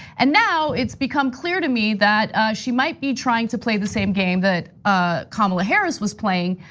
and now it's become clear to me that she might be trying to play the same game that ah kamala harris was playing,